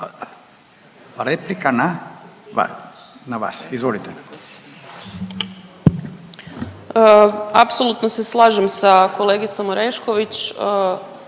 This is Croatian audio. replika na, na vas. Izvolite.